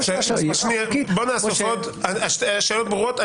השאלות ברורות.